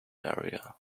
area